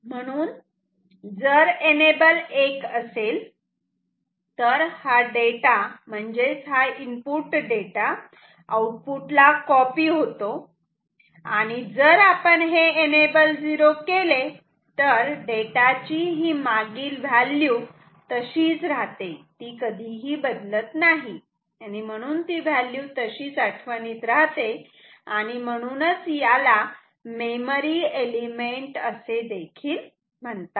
म्हणून जर एनेबल 1 असेल तर हे डेटा म्हणजेच हे इनपुट डेटा आऊटफुटला कॉपी होतो आणि जर आपण हे एनेबल 0 केले तर डेटा ची मागील व्हॅल्यू तशीच राहते ती कधीही बदलत नाही आणि म्हणून ती व्हॅल्यू तशीच आठवणीत राहते आणि म्हणूनच याला मेमरी एलिमेंट असे देखील म्हणतात